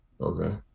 Okay